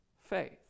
faith